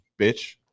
bitch